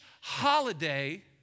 holiday